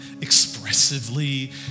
expressively